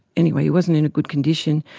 anyway, he wasn't in a good condition.